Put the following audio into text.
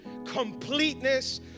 completeness